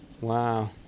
Wow